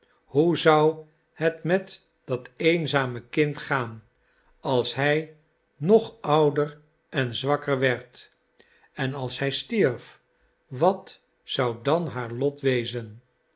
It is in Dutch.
hoe zou het met dat eenzame kind gaan als hij nog ouder en zwakker werd en als hij stierf wat zou dan haar lot wezen